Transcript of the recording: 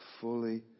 fully